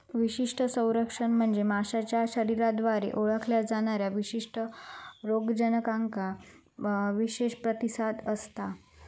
विशिष्ट संरक्षण म्हणजे माशाच्या शरीराद्वारे ओळखल्या जाणाऱ्या विशिष्ट रोगजनकांका विशेष प्रतिसाद असता